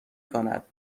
کند